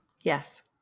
Yes